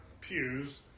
pews